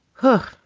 huh?